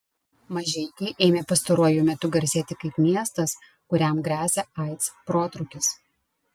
mažeikiai ėmė pastaruoju metu garsėti kaip miestas kuriam gresia aids protrūkis